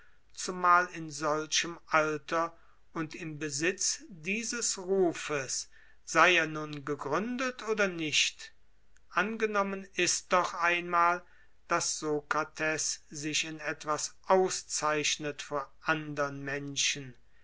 zumal in solchem alter und im besitz dieses rufes sei er nun gegründet oder nicht angenommen ist doch einmal daß sokrates sich in etwas auszeichnet vor andern menschen